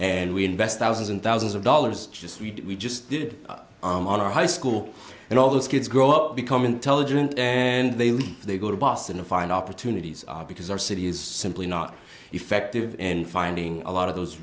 and we invest thousands and thousands of dollars just we just did on our high school and all those kids grow up become intelligent and they leave they go to boston to find opportunities because our city is simply not effective in finding a lot of those